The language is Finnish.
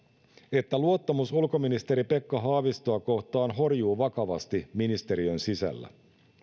että luottamus ulkoministeri pekka haavistoa kohtaan horjuu vakavasti ministeriön sisällä